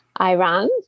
Iran